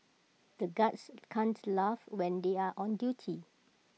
the guards can't laugh when they are on duty